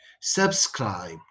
subscribe